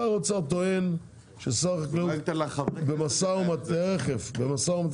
שר האוצר טוען ששר החקלאות במשא ומתן מסוים